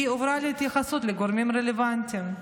היא הועברה להתייחסות לגורמים הרלוונטיים".